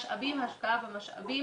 המשאבים, השקעה במשאבים